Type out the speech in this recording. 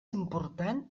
important